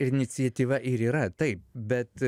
iniciatyva ir yra taip bet